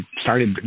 started